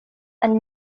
and